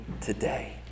today